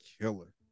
killer